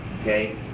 Okay